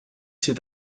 ses